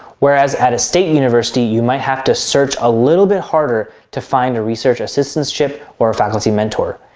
whereas at a state university, you might have to search a little bit harder to find a research assistance ship or a faculty mentor.